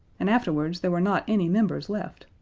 and afterwards there were not any members left,